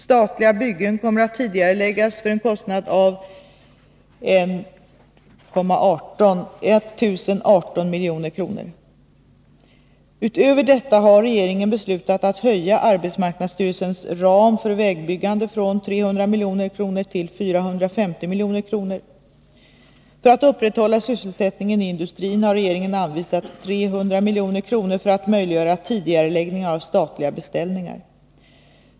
Statliga byggen kommer att tidigareläggas för en kostnad av 1 018 milj.kr. Utöver detta har regeringen beslutat att höja arbetsmarknadsstyrelsens ram för vägbyggande från 300 milj.kr. till 450 milj.kr. För att upprätthålla sysselsättningen i industrin har regeringen anvisat 300 milj.kr. för att möjliggöra tidigareläggningar av statliga beställningar.